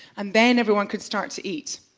and then everyone could start to eat.